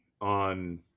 on